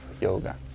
yoga